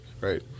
right